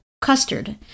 custard